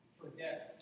forget